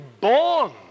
born